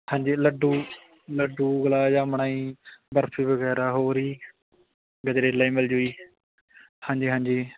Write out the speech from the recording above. ਹਾਂਜੀ ਲੱਡੂ ਲੱਡੂ ਗੁਲਾਬ ਜਾਮਣਾ ਜੀ ਬਰਫੀ ਵਗੈਰਾ ਹੋਰ ਜੀ ਗਜਰੇਲਾ ਵੀ ਮਿਲ ਜਾਊ ਜੀ ਹਾਂਜੀ ਹਾਂਜੀ